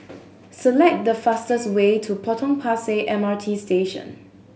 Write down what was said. select the fastest way to Potong Pasir M R T Station